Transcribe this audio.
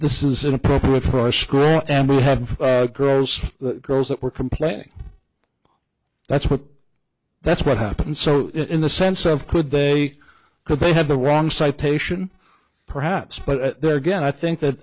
this is inappropriate for a screw and to have girls girls that were complaining that's what that's what happened so in the sense of could they could they have the wrong citation perhaps but there again i think that